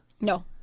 No